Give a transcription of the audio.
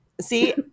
see